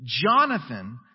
Jonathan